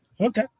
Okay